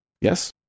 Yes